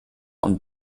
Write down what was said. und